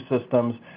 systems